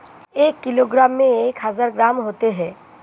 एक किलोग्राम में एक हजार ग्राम होते हैं